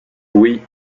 oui